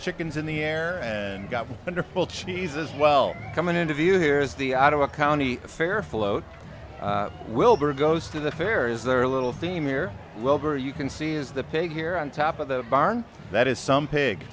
chickens in the air and got under full cheese as well coming into view here is the out of a county fair float wilbur goes to the fair is there a little theme here wilbur you can see is the pig here on top of the barn that is some pig